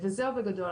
זהו, בגדול.